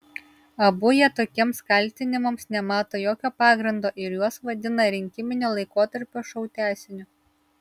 abu jie tokiems kaltinimams nemato jokio pagrindo ir juos vadina rinkiminio laikotarpio šou tęsiniu